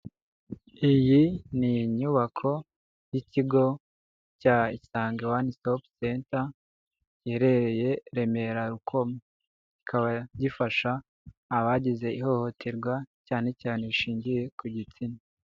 Iyi ni inyubako y'ikigo cya Isange one stop center, giherereye Remera-Rukoma, kikaba gifasha abagize ihohoterwa cyane cyane rishingiye ku gitsina.